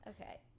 Okay